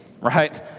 right